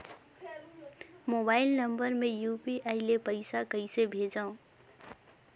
Mobile number मे UPI ले पइसा कइसे भेजवं?